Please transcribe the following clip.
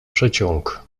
przeciąg